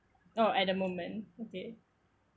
oh at the moment okay